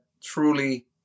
truly